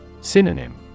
Synonym